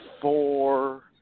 four